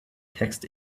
text